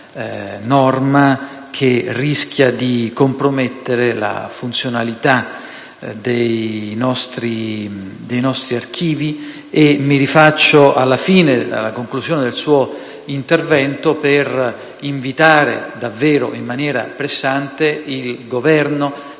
norma che rischia di compromettere la funzionalità dei nostri archivi. Signora Sottosegretario, mi rifaccio alla conclusione del suo intervento per invitare davvero e in maniera pressante il Governo